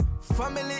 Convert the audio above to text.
Family